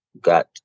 got